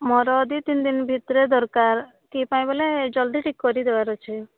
ମୋର ଦୁଇ ତିନି ଦିନ ଭିତରେ ଦରକାର କି ପାଇଁ ବୋଲେ ଜଲଦି ଟିକେ କରିଦବାର ଅଛି